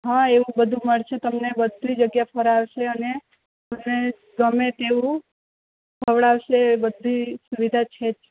હાં એવું બધુ મળશે તમને બધી જગ્યા ફરાવશે અને તમને ગમે તેવું ખવડાવશે બધી સુવિધા છે જ